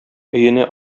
өенә